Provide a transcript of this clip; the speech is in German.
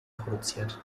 produziert